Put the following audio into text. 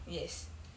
yes